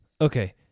okay